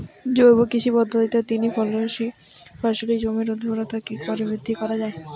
জৈব কৃষি পদ্ধতিতে তিন ফসলী জমির ঊর্বরতা কি করে বৃদ্ধি করা য়ায়?